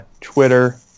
Twitter